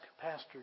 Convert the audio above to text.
Pastor